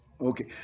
Okay